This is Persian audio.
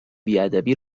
بیادبی